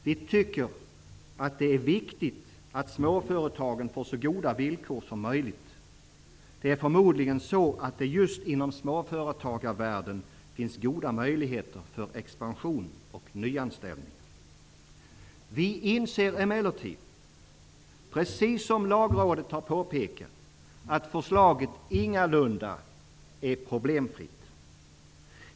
Vi tycker att det är viktigt att småföretagen får så goda villkor som möjligt. Det är förmodligen så att det just inom småföretagarvärlden finns goda möjligheter för expansion och nyanställningar. Vi inser emellertid -- precis som Lagrådet har påpekat -- att förslaget ingalunda är problemfritt.